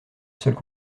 seule